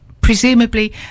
presumably